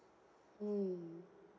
mm